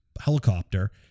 helicopter